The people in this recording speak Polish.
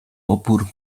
opór